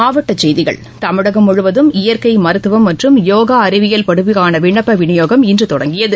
மாவட்ட செய்திகள் தமிழகம் முழுவதும் இயற்கை மருத்துவம் மற்றும் யோகா அறிவியல் படிப்புகான விண்ணப்ப விநியோகம் இன்று தொடங்கியது